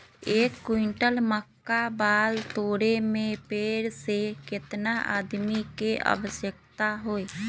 एक क्विंटल मक्का बाल तोरे में पेड़ से केतना आदमी के आवश्कता होई?